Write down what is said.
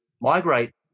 migrate